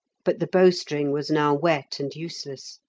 but the bow-string was now wet and useless.